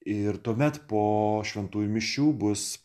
ir tuomet po šventųjų mišių bus